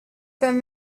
than